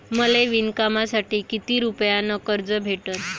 मले विणकामासाठी किती रुपयानं कर्ज भेटन?